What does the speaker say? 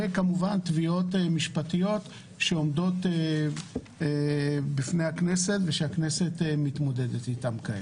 וכמובן תביעות משפטיות שעומדות בפני הכנסת ושהכנסת מתמודדת איתן.